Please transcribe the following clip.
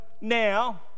now